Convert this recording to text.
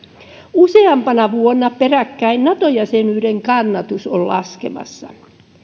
useampana vuonna peräkkäin nato jäsenyyden kannatus on laskemassa